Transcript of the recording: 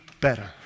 better